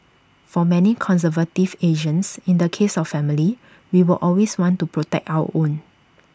for many conservative Asians in the case of family we will always want to protect our own